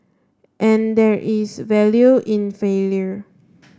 and there is value in failure